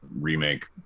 remake